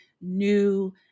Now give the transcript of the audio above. new